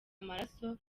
amaraso